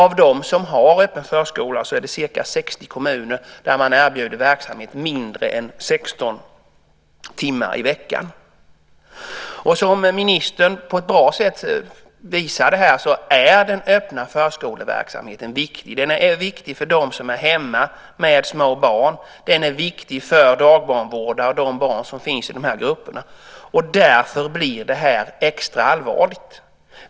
Av dem som har öppen förskola är det ca 60 kommuner där man erbjuder verksamhet mindre än 16 timmar i veckan. Som ministern på ett bra sätt visade här är den öppna förskoleverksamheten viktig. Den är viktig för dem som är hemma med små barn. Den är viktig för dagbarnvårdare och de barn som finns i de grupperna. Därför blir det extra allvarligt.